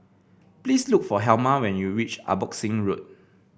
please look for Helma when you reach Abbotsingh Road